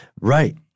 Right